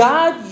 God